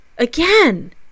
Again